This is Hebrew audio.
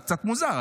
קצת מוזר,